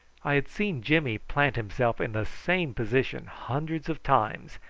i had seen jimmy plant himself in the same position hundreds of times,